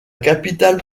capitale